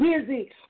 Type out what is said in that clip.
busy